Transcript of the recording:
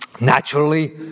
naturally